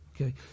Okay